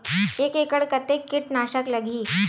एक एकड़ कतेक किट नाशक लगही?